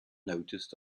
noticed